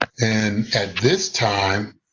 and at this time,